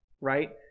right